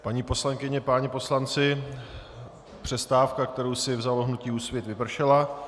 Paní poslankyně, páni poslanci, přestávka, kterou si vzalo hnutí Úsvit, vypršela.